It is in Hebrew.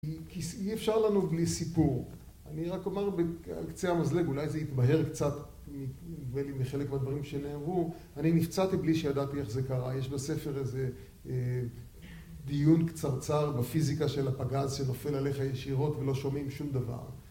אי אפשר לנו בלי סיפור. אני רק אומר על קצה המזלג, אולי זה יתבהר קצת מחלק מהדברים שנאמרו. אני נפצעתי בלי שידעתי איך זה קרה. יש בספר איזה דיון קצרצר בפיזיקה של הפגז שנופל עליך ישירות ולא שומעים שום דבר